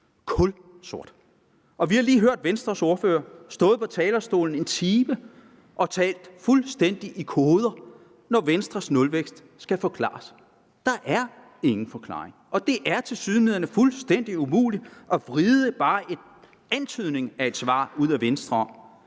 kulsort. Vi har lige hørt Venstres ordfører tale fuldstændig i koder fra talerstolen i 1 time, når Venstres nulvækst skulle forklares. Der er ingen forklaring. Det er tilsyneladende fuldstændig umuligt at vride bare antydningen af et svar ud af Venstre,